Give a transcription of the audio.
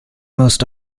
most